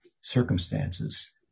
circumstances